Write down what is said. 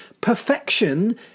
perfection